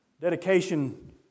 dedication